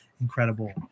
Incredible